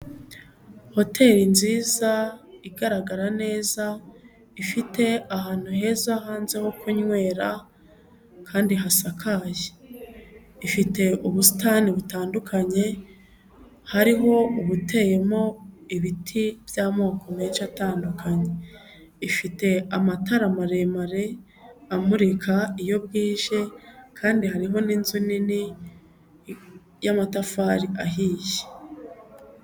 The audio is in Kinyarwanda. Hoteli nziza, igaragara neza, ifite ahantu heza hanze ho kunywera kandi hasakaye, ifite ubusitani butandukanye, hariho ubuteyemo ibiti by'amoko menshi atandukanye, ifite amatara maremare amurika iyo bwije kandi harimo n'inzu nini y'amatafari ahiye.